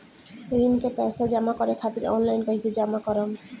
ऋण के पैसा जमा करें खातिर ऑनलाइन कइसे जमा करम?